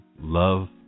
love